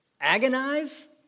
agonize